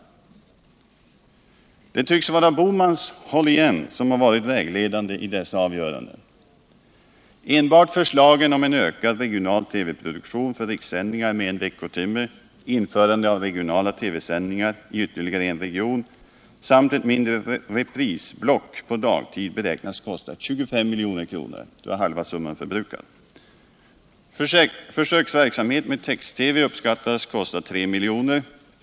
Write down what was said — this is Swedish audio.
Det tycks vara Bohmans ”håll igen” som har varit vägledande i dessa avgöranden. Enbart förslagen om en ökad regional TV-produktion för rikssändningar med en veckotimme, införande av regionala TV-sändningar i ytterligare en region samt ett mindre reprisblock på dagtid beräknas kosta 25 milj.kr. Då är halva summan förbrukad. Försöksverksamhet med text-TV uppskattas kosta 3 milj.kr.